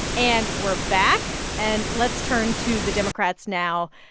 and we're back. and let's turn to the democrats now.